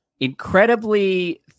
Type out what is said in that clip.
incredibly